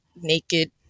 naked